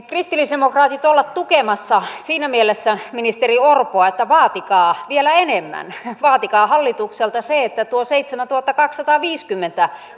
kristillisdemokraatit olla tukemassa siinä mielessä ministeri orpoa että vaatikaa vielä enemmän vaatikaa hallitukselta se että tuo seitsemäntuhattakaksisataaviisikymmentä